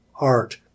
art